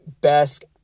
best